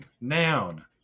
noun